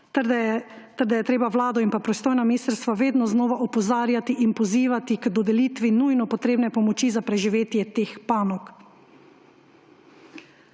da je treba Vlado in pa pristojno ministrstvo vedno znova opozarjati in pozivati k dodelitvi nujno potrebne pomoči za preživetje teh panog.